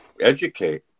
educate